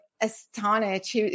astonished